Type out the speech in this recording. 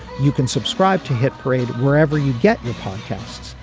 you can subscribe to hit parade wherever you get your podcasts.